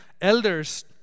elders